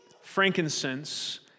frankincense